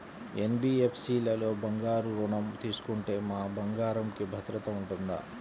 NBFC లలో బంగారు ఋణం తీసుకుంటే మా బంగారంకి భద్రత ఉంటుందా?